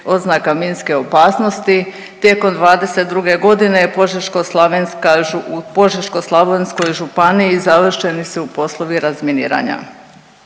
oznaka minske opasnosti. Tijekom '22. g. u Požeško-slavonskoj županiji završeni su poslovi razminiranja.